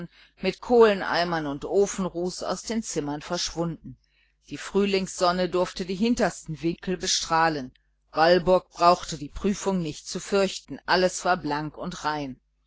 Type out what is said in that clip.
mit kohleneimern und ofenruß aus den zimmern verschwunden die frühlingssonne durfte die hintersten winkel bestrahlen walburg brauchte die prüfung nicht zu fürchten alles war blank und rein